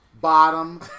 bottom